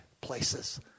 places